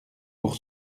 pour